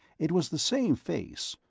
it was the same face,